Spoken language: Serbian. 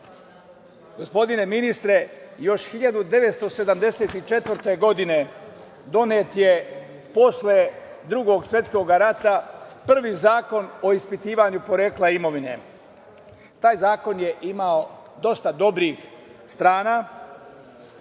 gospodine ministre, još 1974. godine posle Drugog svetskog rata je donet prvi zakon o ispitivanju porekla imovine. Taj zakon je imao dosta dobrih strana.